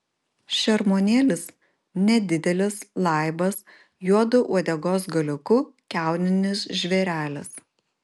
šermuonėlis nedidelis laibas juodu uodegos galiuku kiauninis žvėrelis